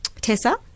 Tessa